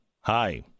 Hi